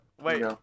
Wait